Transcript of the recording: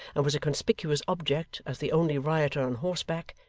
and was a conspicuous object as the only rioter on horseback,